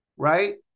right